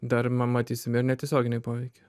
dar matysim ir netiesioginį poveikį